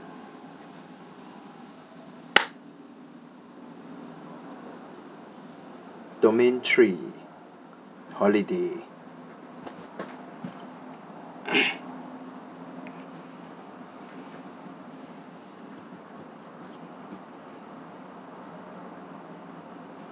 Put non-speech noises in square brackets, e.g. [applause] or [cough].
domain three holiday [coughs]